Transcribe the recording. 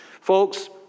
Folks